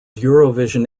eurovision